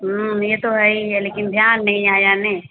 यह तो है ही है लेकिन ध्यान नहीं आया न